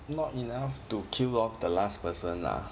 not enough to kill off the last person lah